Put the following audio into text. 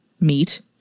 meat